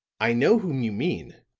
i know whom you mean,